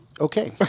okay